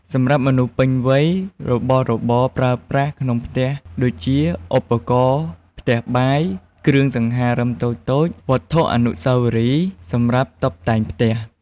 សម្រាប់មនុស្សពេញវ័យរបស់របរប្រើប្រាស់ក្នុងផ្ទះដូចជា ឧបករណ៍ផ្ទះបាយ គ្រឿងសង្ហារិមតូចៗ វត្ថុអនុស្សាវរីយ៍សម្រាប់តុបតែងផ្ទះ។